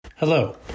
Hello